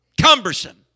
Cumbersome